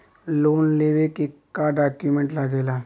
Loan लेवे के का डॉक्यूमेंट लागेला?